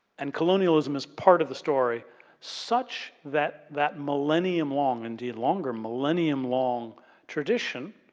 and colonialism is part of the story such that that millennium long, indeed longer millennium long tradition,